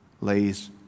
lays